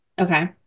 Okay